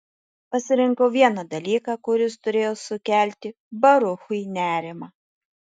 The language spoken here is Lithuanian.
pasirinkau vieną dalyką kuris turėjo sukelti baruchui nerimą